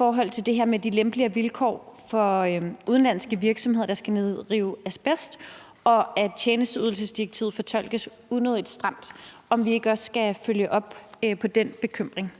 går på det her med de lempeligere vilkår for udenlandske virksomheder, der skal nedrive asbest, og at tjenesteydelsesdirektivet fortolkes unødigt stramt. Skal vi ikke også følge op på den bekymring?